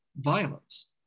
violence